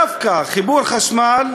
דווקא חיבור חשמל